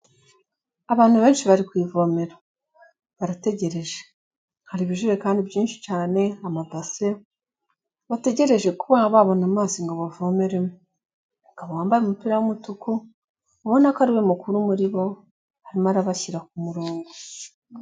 Abantu benshi bari ku ivomera. Barategereje. Hari ibijirekanii byinshi cyane, amabase, bategereje ku babona amazi ngo bavomeremo. Umugabo wambaye umupira w'umutuku, ubona ko ari we mukuru muri bo, arimo arabashyira ku murongo.